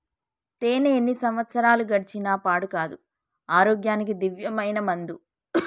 తేనే ఎన్ని సంవత్సరాలు గడిచిన పాడు కాదు, ఆరోగ్యానికి దివ్యమైన మందు